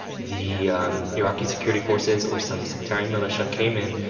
the um iraqi security forces or some sectarian militia came in,